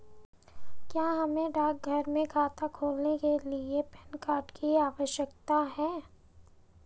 क्या हमें डाकघर में खाता खोलने के लिए पैन कार्ड की आवश्यकता है?